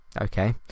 okay